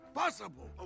possible